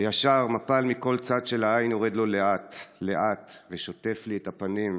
וישר מפל מכל צד של העין יורד לו לאט-לאט ושוטף לי את הפנים,